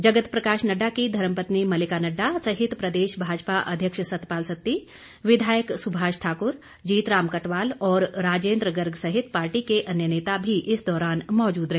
जगत प्रकाश नड़डा की धर्मपत्नी मलिका नड़डा सहित प्रदेश भाजपा अध्यक्ष सतपाल सत्ती विधायक सुभाष ठाक्र जीतराम कटवाल और राजेन्द्र गर्ग सहित पार्टी के अन्य नेता भी इस दौरान मौजूद रहे